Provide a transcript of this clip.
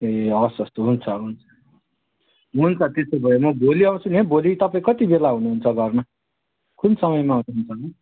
ए हवस् हवस् त हुन्छ हुन्छ हुन्छ त्यसो भए म भोलि आउँछु नि है भोलि तपाईँ कति बेला हुनुहुन्छ घरमा कुन समयमा आउनुपर्ने